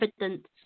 evidence